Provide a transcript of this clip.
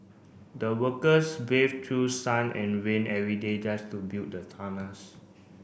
the workers braved through sun and rain every day just to build the tunnels